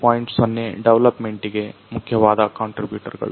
0 ಡವಲಪ್ ಮೆಂಟಿಗೆ ಮುಖ್ಯವಾದ ಕಾಂಟ್ರೀಬ್ಯೂಟರ್ ಗಳು